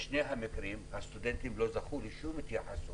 בשני המקרים הסטודנטים לא זכו לשום התייחסות.